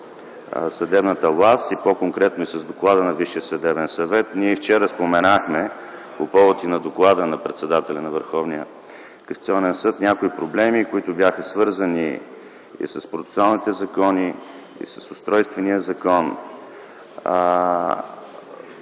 съдебната власт и по-конкретно с доклада на Висшия съдебен съвет. Ние вчера споменахме по повод и на доклада на председателя на Върховния касационен съд някои проблеми, които бяха свързани с процесуалните закони и с устройствения закон.